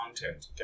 content